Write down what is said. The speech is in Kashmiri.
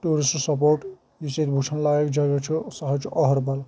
ٹوٗرسٹہٕ سپوٹ یُس ییٚتہِ ۄُچھن لایق جگہ چھُ سُہ حظ چھُ أہربل